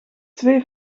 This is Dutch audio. twee